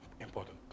Important